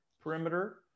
perimeter